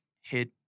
hit